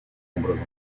образом